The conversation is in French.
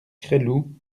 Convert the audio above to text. gresloup